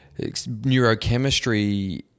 neurochemistry